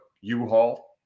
U-Haul